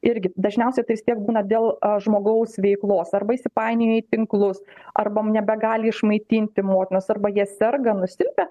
irgi dažniausiai tai vis tiek būna dėl žmogaus veiklos arba įsipainioja į tinklus arba nebegali išmaitinti motinos arba jie serga nusilpę